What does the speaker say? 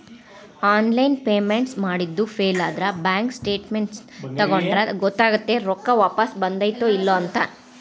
online payments ಮಾಡಿದ್ದು ಫೇಲಾದ್ರ bank statements ತಕ್ಕೊಂಡ್ರ ಗೊತ್ತಕೈತಿ ರೊಕ್ಕಾ ವಾಪಸ್ ಬಂದೈತ್ತೋ ಇಲ್ಲೋ ಅಂತ